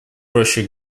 проще